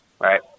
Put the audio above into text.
Right